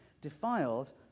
defiles